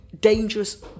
dangerous